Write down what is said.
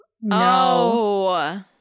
No